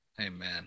Amen